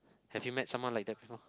have you met someone like that before